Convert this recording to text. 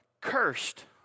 cursed